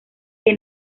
que